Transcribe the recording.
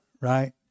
right